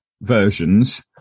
versions